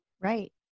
Right